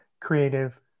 creative